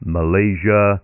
Malaysia